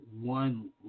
one